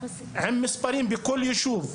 עם מספרים בכל ישוב,